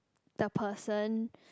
the person